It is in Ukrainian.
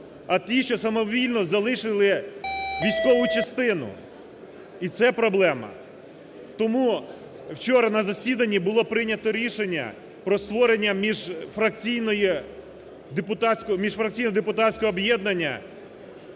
а ті, що самовільно залишили військову частину. І це проблема. Тому вчора на засіданні було прийнято рішення про створення міжфракційного депутатського об'єднання,